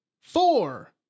four